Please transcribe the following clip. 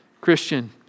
Christian